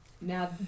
Now